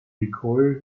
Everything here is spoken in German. nicole